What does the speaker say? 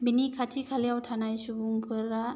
बेनि खाथि खालायाव थानाय सुबुंफोरा